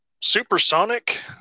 supersonic